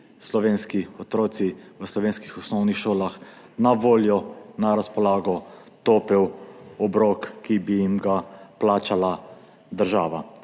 slovenski otroci v slovenskih osnovnih šolah na voljo, na razpolago topel obrok, ki bi jim ga plačala država.